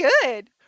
good